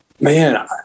Man